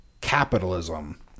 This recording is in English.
capitalism